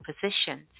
positions